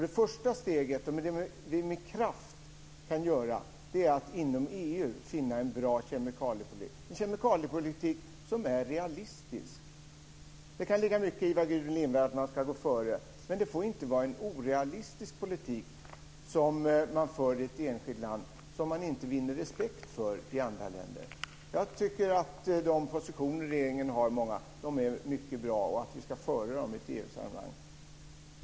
Det första steget - det som vi med kraft kan göra - är att finna en bra kemikaliepolitik inom EU. Det måste vara en kemikaliepolitik som är realistisk. Det kan ligga mycket i vad Gudrun Lindvall säger om att man ska gå före, men ett enskilt land får inte föra en orealistisk politik som man inte vinner respekt för i andra länder. Jag tycker att de positioner som regeringen har är mycket bra och att vi ska föra fram dem i ett EU-sammanhang.